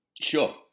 sure